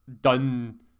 done